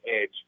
edge